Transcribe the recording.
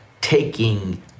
taking